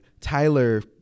tyler